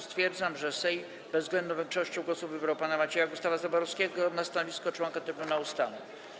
Stwierdzam, że Sejm bezwzględną większością głosów wybrał pana Macieja Gustawa Zaborowskiego na stanowisko członka Trybunału Stanu.